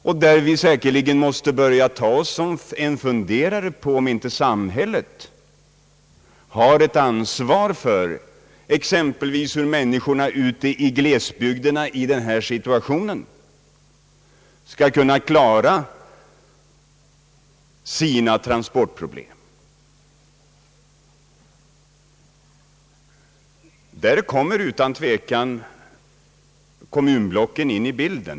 Vi måste säkerligen börja fundera på om inte samhället har ett ansvar för hur exempelvis människorna ute i glesbygderna i denna situation skall kunna klara sina transportproblem. Här kommer utan tvivel kommunblocken in i bilden.